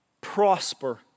prosper